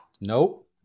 Nope